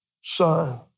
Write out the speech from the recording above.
son